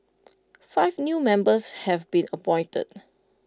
five new members have been appointed